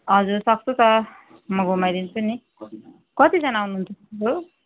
हजुर सक्छु त म घुमाइदिन्छु नि कतिजना आउनुहुन्छ तपाईँहरू